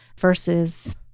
versus